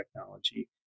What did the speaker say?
technology